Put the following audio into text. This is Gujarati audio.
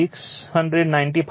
6 j 278